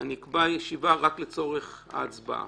אני אקבע ישיבה רק לצורך ההצבעה.